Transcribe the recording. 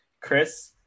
Chris